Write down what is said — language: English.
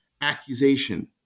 accusation